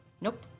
Nope